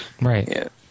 Right